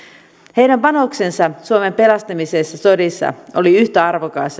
heidän panoksensa suomen pelastamisessa sodissa oli yhtä arvokas